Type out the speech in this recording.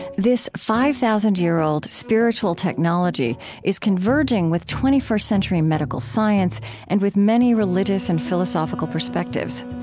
this five thousand year old spiritual technology is converging with twenty first century medical science and with many religious and philosophical perspectives.